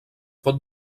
pot